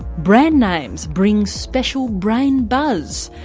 brand names bring special brain buzz.